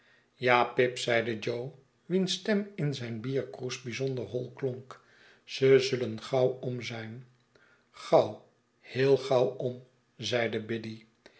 ja pip zeide jo wiens stem in zijnbierkroes bijzonder hoi klonk ze zullen gauw om zijn gauw heel gauw om zeide